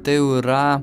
tai jau yra